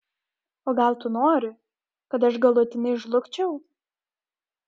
o gal tu nori kad aš galutinai žlugčiau